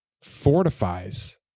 fortifies